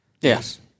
Yes